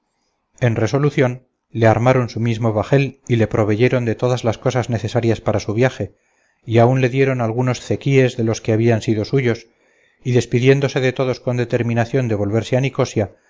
en resolución le armaron su mismo bajel y le proveyeron de todas las cosas necesarias para su viaje y aun le dieron algunos cequíes de los que habían sido suyos y despidiéndose de todos con determinación de volverse a nicosia